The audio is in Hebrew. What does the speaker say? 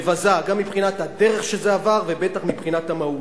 מבזה, גם מבחינת הדרך שזה עבר ובטח מבחינת המהות,